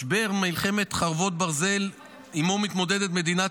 משבר מלחמת חרבות ברזל שעימו מתמודדת מדינת